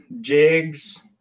jigs